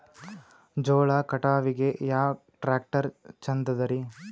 ಜೋಳ ಕಟಾವಿಗಿ ಯಾ ಟ್ಯ್ರಾಕ್ಟರ ಛಂದದರಿ?